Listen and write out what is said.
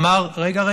ואמר: רגע,